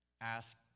ask